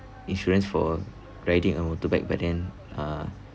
insurance for riding a motorbike but then uh